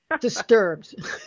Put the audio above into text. disturbed